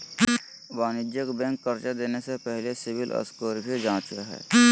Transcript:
वाणिज्यिक बैंक कर्जा देने से पहले सिविल स्कोर भी जांचो हइ